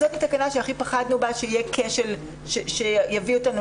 זאת התחנה שפחדנו שיהיה כשל שיביא אותנו